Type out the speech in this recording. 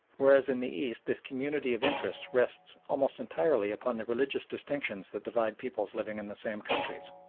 whereas in the east this community of interest rests almost entirely upon the religious distinctions that divide peoples living in the same countries.